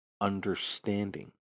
understanding